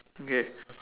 okay